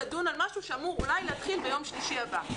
לדון על משהו שאמור אולי להתחיל ביום שלישי הבא.